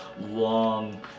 long